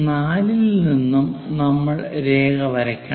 4 ഇൽ നിന്നും നമ്മൾ രേഖ വരയ്ക്കണം